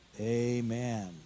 amen